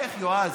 איך, יועז?